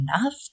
enough